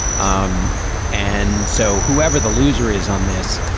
um and so whoever the loser is on this,